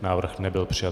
Návrh nebyl přijat.